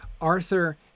Arthur